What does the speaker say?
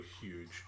huge